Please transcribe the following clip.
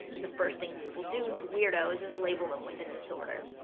and the first thing people do to weirdos is label them with a disorder.